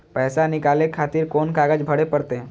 पैसा नीकाले खातिर कोन कागज भरे परतें?